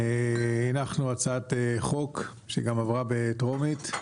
הנחנו הצעת חוק שגם עברה בקריאה הטרומית.